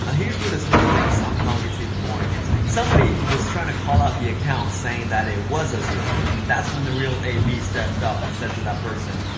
ah here's where this whole thing somehow gets even more interesting. somebody was trying to call out the account saying that it was azealia. and that's when the real ab stepped up and said to that person,